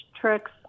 tricks